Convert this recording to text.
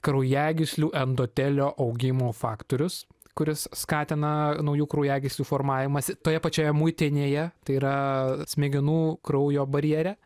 kraujagyslių endotelio augimo faktorius kuris skatina naujų kraujagyslių formavimąsi toje pačioje muitinėje tai yra smegenų kraujo barjere